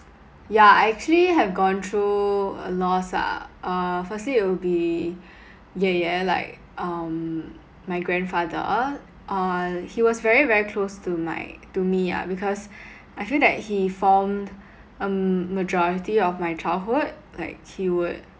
yeah I actually have gone through a loss ah uh firstly it will be ye ye like um my grandfather uh he was very very close to my to me ah because I feel that he formed um majority of my childhood like he would